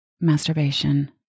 masturbation